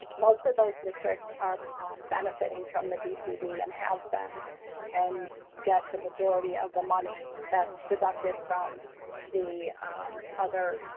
most of those districts are benefiting from the dcd and have been and get the majority of the money that's deducted from the other,